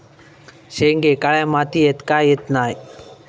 शेंगे काळ्या मातीयेत का येत नाय?